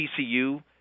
TCU